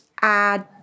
add